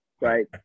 right